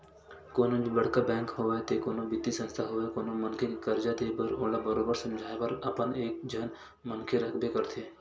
कोनो भी बड़का बेंक होवय ते कोनो बित्तीय संस्था होवय कोनो मनखे के करजा देय बर ओला बरोबर समझाए बर अपन एक झन मनखे रखबे करथे